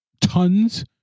tons